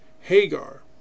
hagar